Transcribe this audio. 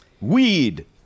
Weed